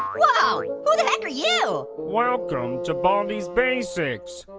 whoa, who the heck are you? welcome to baldi's basics.